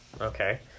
Okay